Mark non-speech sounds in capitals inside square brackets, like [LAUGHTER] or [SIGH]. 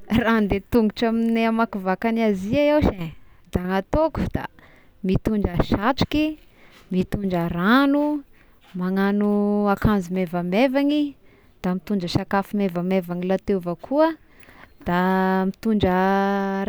[LAUGHS] Raha andeha tongotra amin'ny hamakivaky an'i Azia iaho se, da nataoko da mitondra satroky, mitondra ragno, magnano akanzo maivamaivagny da mitondra sakafo maivamaivagny lahateo avao koa, da mitondra